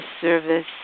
service